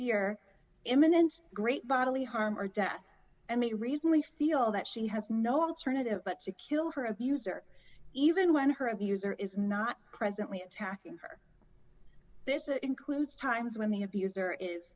your imminent great bodily harm or death and the reason we feel that she has no alternative but to kill her abuser even when her abuser is not presently attacking her this includes times when the abuser is